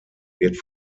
wird